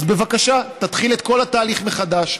אז בבקשה, תתחיל את כל התהליך מחדש.